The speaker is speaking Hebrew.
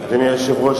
אדוני היושב-ראש,